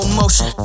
motion